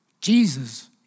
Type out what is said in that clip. Jesus